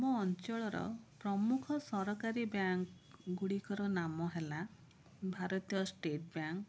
ଆମ ଅଞ୍ଚଳର ପ୍ରମୁଖ ସରକାରୀ ବ୍ୟାଙ୍କ ଗୁଡ଼ିକର ନାମ ହେଲା ଭାରତୀୟ ଷ୍ଟେଟ ବ୍ୟାଙ୍କ